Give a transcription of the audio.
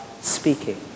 speaking